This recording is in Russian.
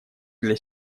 для